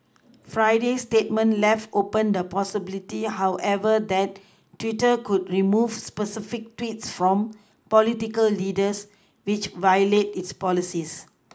Friday's statement left open the possibility however that Twitter could remove specific tweets from political leaders which violate its policies